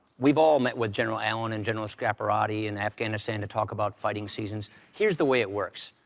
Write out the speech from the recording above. we've all met with general allen and general scaparotti in afghanistan to talk about fighting seasons. here's the way it works.